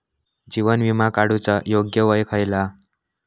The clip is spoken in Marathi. जीवन विमा काडूचा योग्य वय खयला?